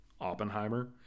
Oppenheimer